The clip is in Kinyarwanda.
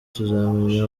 tuzamenya